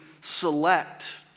select